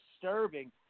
disturbing